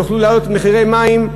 תוכלו להעלות את מחירי המים.